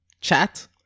Chat